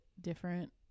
different